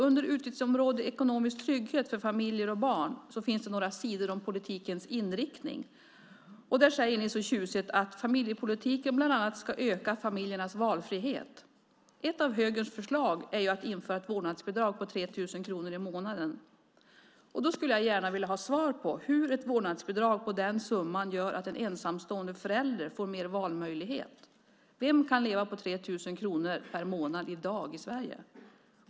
Under utgiftsområdet Ekonomisk trygghet för familjer och barn finns några sidor om politikens inriktning. Där säger ni så tjusigt att familjepolitiken bland annat ska öka familjernas valfrihet. Ett av högerns förslag är att införa ett vårdnadsbidrag på 3 000 kronor i månaden. Jag skulle gärna vilja ha svar på hur ett vårdnadsbidrag på den summan gör att en ensamstående förälder får mer valmöjlighet. Vem kan leva på 3 000 kronor per månad i dag i Sverige?